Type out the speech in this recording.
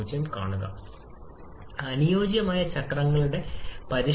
ഈ ടി 2 'ഗണ്യമായി ആകാം T2 നേക്കാൾ കുറവ്